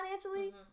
financially